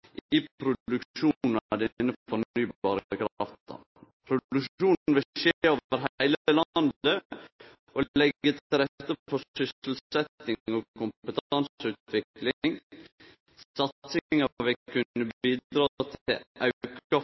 i produksjonen av denne fornybare krafta. Produksjonen vil skje over heile landet og leggje til rette for sysselsetjing og kompetanseutvikling. Satsinga vil kunne bidra til